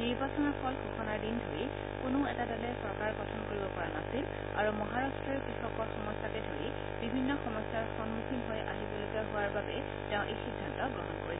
নিৰ্বাচনৰ ফল ঘোষণাৰ দিন ধৰি কোনো এটা দলে চৰকাৰ গঠন কৰিব পৰা নাছিল আৰু মহাৰাষ্ট্ৰই কৃষকৰ সমস্যাকে ধৰি বিভিন্ন সমস্যাৰ সন্মুখীন হৈ আহিবলগীয়া হোৱাৰ বাবে তেওঁ এই সিদ্ধান্ত গ্ৰহণ কৰিছে